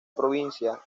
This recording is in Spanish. provincia